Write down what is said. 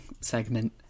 segment